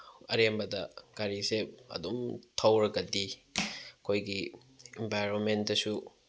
ꯑꯔꯦꯝꯕꯗ ꯒꯥꯔꯤꯁꯦ ꯑꯗꯨꯝ ꯊꯧꯔꯒꯗꯤ ꯑꯩꯈꯣꯏꯒꯤ ꯑꯦꯟꯚꯥꯏꯔꯣꯟꯃꯦꯟꯗꯁꯨ